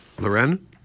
Loren